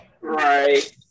Right